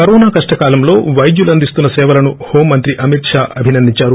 corona కష్టకాలంలో పైద్యులు అందిస్తున్న సేవలను హోం మంత్రి అమిత్ షా అభినందించారు